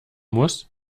muss